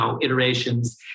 iterations